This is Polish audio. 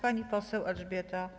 Pani poseł Elżbieta